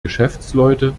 geschäftsleute